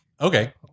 Okay